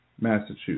Massachusetts